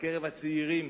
בקרב הצעירים,